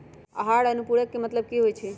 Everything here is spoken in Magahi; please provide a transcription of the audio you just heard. आहार अनुपूरक के मतलब की होइ छई?